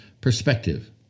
perspective